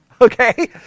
Okay